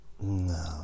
no